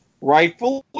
rightfully